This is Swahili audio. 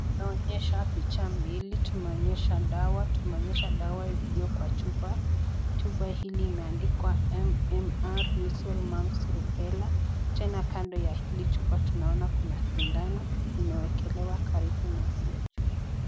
Tumeonyeshwa chupa mbili tumeonyeshwa dawa, chupa hili limeandika MMR mescal surupela, tena kando ya hili chupa kuna sindano imeekelewa karibu na hilo chupa.